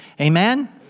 amen